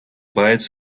bites